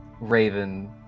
raven